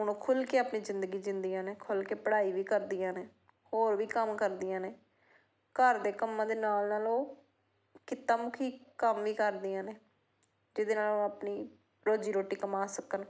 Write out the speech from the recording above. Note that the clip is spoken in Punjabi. ਹੁਣ ਉਹ ਖੁੱਲ੍ਹ ਕੇ ਆਪਣੀ ਜ਼ਿੰਦਗੀ ਜਿਉਂਦੀਆਂ ਨੇ ਖੁੱਲ੍ਹ ਕੇ ਪੜ੍ਹਾਈ ਵੀ ਕਰਦੀਆਂ ਨੇ ਹੋਰ ਵੀ ਕੰਮ ਕਰਦੀਆਂ ਨੇ ਘਰ ਦੇ ਕੰਮਾਂ ਦੇ ਨਾਲ ਨਾਲ ਉਹ ਕਿੱਤਾ ਮੁਖੀ ਕੰਮ ਹੀ ਕਰਦੀਆਂ ਨੇ ਜਿਹਦੇ ਨਾਲ ਉਹ ਆਪਣੀ ਰੋਜ਼ੀ ਰੋਟੀ ਕਮਾ ਸਕਣ